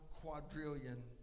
quadrillion